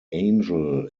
angel